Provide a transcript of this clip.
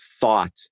thought